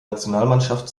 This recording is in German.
nationalmannschaft